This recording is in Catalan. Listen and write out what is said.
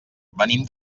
venim